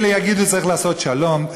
אלה יגידו צריך לעשות שלום,